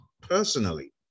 Personally